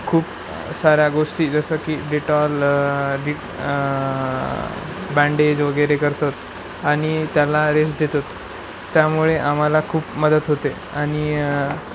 खूप साऱ्या गोष्टी जसं की डेटॉल डि बँडेज वगैरे करतो आणि त्याला रेस्ट देतो त्यामुळे आम्हाला खूप मदत होते आणि